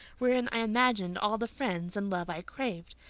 wherein i imagined all the friends and love i craved.